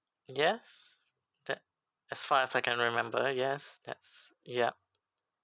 yes that as far as I can remember yes that's yup